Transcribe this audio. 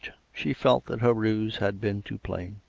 she felt that her ruse had been too plain.